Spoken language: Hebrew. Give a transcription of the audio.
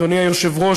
אדוני היושב-ראש,